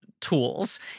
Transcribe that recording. tools